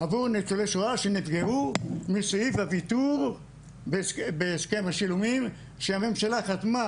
עבור ניצולי שואה שנפגעו מסעיף הוויתור בהסכם השילומים שהממשלה חתמה,